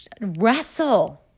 wrestle